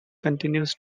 continues